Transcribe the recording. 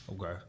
okay